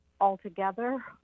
altogether